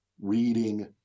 reading